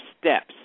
steps